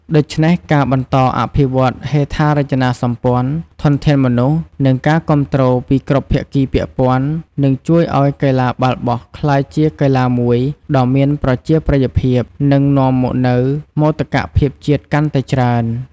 ដូច្នេះការបន្តអភិវឌ្ឍហេដ្ឋារចនាសម្ព័ន្ធ ធនធានមនុស្ស និងការគាំទ្រពីគ្រប់ភាគីពាក់ព័ន្ធ នឹងជួយឱ្យកីឡាបាល់បោះក្លាយជាកីឡាមួយដ៏មានប្រជាប្រិយភាព និងនាំមកនូវមោទកភាពជាតិកាន់តែច្រើន។